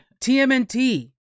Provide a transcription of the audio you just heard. TMNT